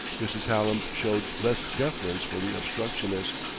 mrs. hallam showed less deference for the obstructionist.